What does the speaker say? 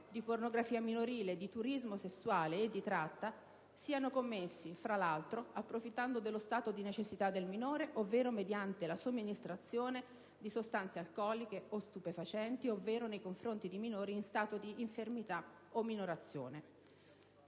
di pornografia minorile, di turismo sessuale e di tratta siano commessi, fra l'altro, approfittando dello stato di necessità del minore, ovvero mediante la somministrazione di sostanze alcoliche o stupefacenti, ovvero nei confronti di minori in stato di infermità o minorazione.